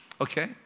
Okay